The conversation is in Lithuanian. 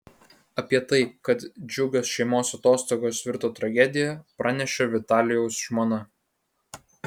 apie tai kad džiugios šeimos atostogos virto tragedija pranešė vitalijaus žmona